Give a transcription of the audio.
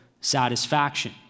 Satisfaction